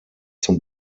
zum